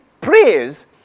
praise